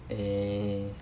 eh